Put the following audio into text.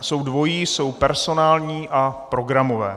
Jsou dvojí, jsou personální a programové.